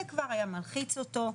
זה כבר היה מלחיץ אותו,